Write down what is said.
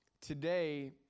today